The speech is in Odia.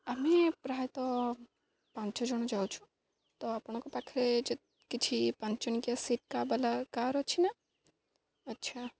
ଆମେ ପ୍ରାୟତଃ ପାଞ୍ଚ ଜଣ ଯାଉଛୁ ତ ଆପଣଙ୍କ ପାଖରେ ଯ କିଛି ପାଞ୍ଚଟିକିଆ ସିଟ୍ କା ବାଲା କାର୍ ଅଛି ନା ଆଚ୍ଛା